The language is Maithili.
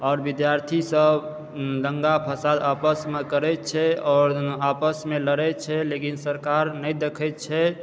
आउर विद्यार्थी सभ दंगा फसाद आपस मे करै छै आओर आपस मे लड़ैए छै लेकिन सरकार नहि देखै छै